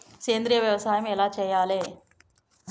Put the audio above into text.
సేంద్రీయ వ్యవసాయం ఎలా చెయ్యాలే?